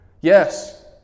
Yes